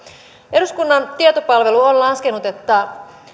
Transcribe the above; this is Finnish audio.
eduskunnan tietopalvelu on laskenut että